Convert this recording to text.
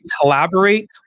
collaborate